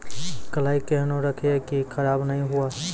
कलाई केहनो रखिए की खराब नहीं हुआ?